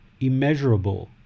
immeasurable